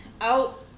out